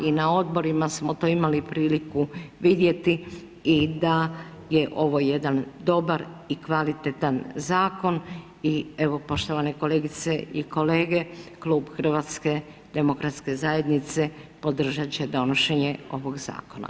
I na Odborima smo to imali priliku vidjeti i da je ovo jedan dobar i kvalitetan Zakon i evo, poštovane kolegice i kolege, klub HDZ-a podržat će donošenje ovog Zakona.